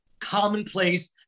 commonplace